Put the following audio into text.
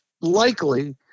likely